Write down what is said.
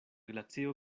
glacio